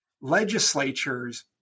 legislatures